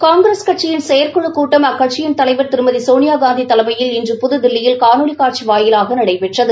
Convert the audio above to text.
காங்கிரஸ் கட்சியின் செயற்குழுக் கூட்டம் அக்கட்சியின் தலைவர் திருமதி சோளியாகாந்தி தலைமையில் இன்று புதுதில்லியில் காணொலி காட்சி வாயிலாக நடைபெற்றது